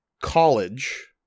college